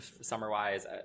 summer-wise